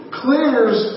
clears